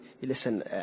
listen